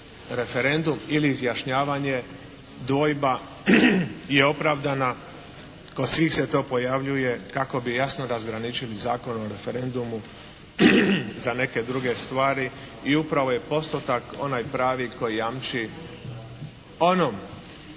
referendum ili izjašnjavanje dvojba je opravdana, kod svih se to pojavljuje kako bi jasno razgraničili Zakon o referendumu za neke druge stvari i upravo je postotak onaj pravi koji jamči onom